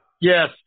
yes